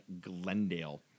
Glendale